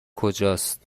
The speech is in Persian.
کجاست